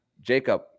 Jacob